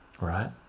right